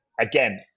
again